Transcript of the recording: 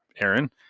Aaron